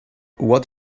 what